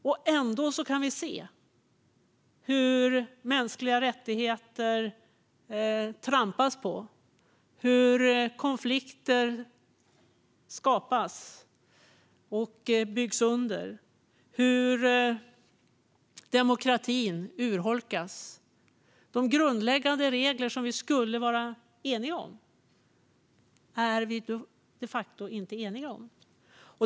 Men likafullt kan vi se hur man trampar på mänskliga rättigheter, hur konflikter skapas och underbyggs och hur demokratin urholkas. De grundläggande regler som vi skulle vara eniga om är vi de facto inte eniga om.